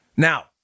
Now